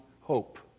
hope